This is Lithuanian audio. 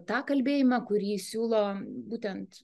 tą kalbėjimą kurį siūlo būtent